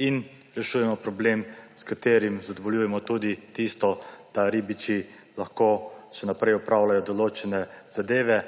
in rešujemo problem, s katerim zadovoljujemo tudi tisto, da ribiči lahko še naprej opravljajo določene zadeve,